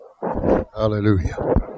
Hallelujah